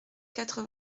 quatre